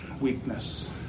weakness